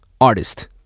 artist